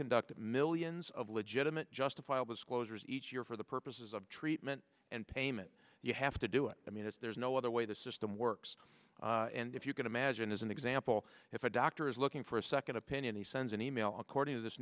conduct millions of legitimate justifiable disclosures each year for the purposes of treatment and payment you have to do it i mean it's there's no other way the system works and if you can imagine as an example if a doctor is looking for a second opinion he sends an e mail according to this